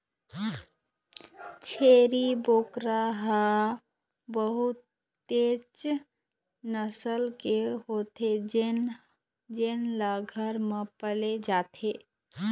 छेरी बोकरा ह बहुतेच नसल के होथे जेन ल घर म पाले जाथे